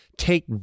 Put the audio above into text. Take